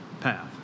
path